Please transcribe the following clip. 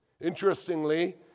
Interestingly